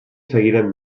seguiren